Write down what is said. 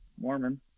Mormon